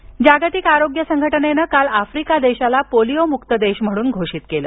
Africa जागतिक आरोग्य संघटनेन काल आफ्रिका देशाला पोलियो मुक्त देश म्हणून घोषित केलं